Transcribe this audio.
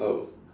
oh